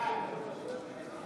בעד יריב לוין,